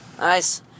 nice